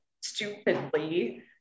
stupidly